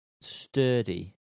sturdy